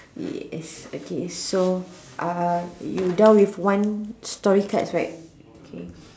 yes okay so uh you're down to one story cards right